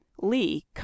lee